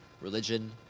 religion